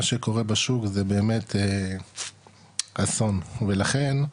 מה שקורה בשוק זה באמת אסון ולכן,